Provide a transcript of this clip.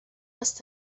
must